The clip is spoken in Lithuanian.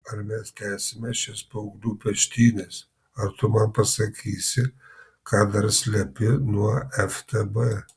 ar mes tęsime šias paauglių peštynes ar tu man pasakysi ką dar slepi nuo ftb